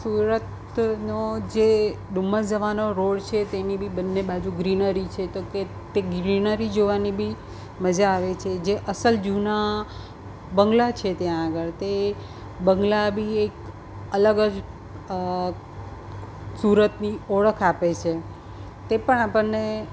સુરતનો જે ડુમસ જવાનો રોડ છે તેની બી બંને બાજુ ગ્રીનરી છે તો તે તે ગ્રીનરી જોવાની બી મજા આવે છે જે અસલ જૂના બંગલા છે ત્યાં આગળ તે બંગલા બી એક અલગ જ સુરતની ઓળખ આપે છે તે પણ આપણને